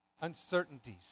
uncertainties